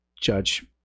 judge